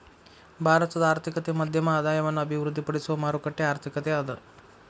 ಭಾರತದ ಆರ್ಥಿಕತೆ ಮಧ್ಯಮ ಆದಾಯವನ್ನ ಅಭಿವೃದ್ಧಿಪಡಿಸುವ ಮಾರುಕಟ್ಟೆ ಆರ್ಥಿಕತೆ ಅದ